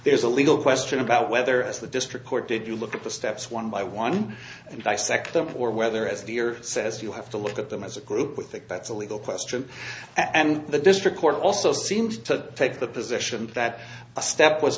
there's a legal question about whether it's the district court did you look at the steps one by one and dissect them or whether as the earth says you have to look at them as a group with that that's a legal question and the district court also seems to take the position that a step was